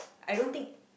I don't think